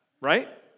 right